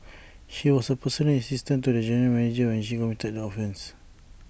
she was A personal assistant to the general manager when she committed the offences